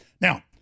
Now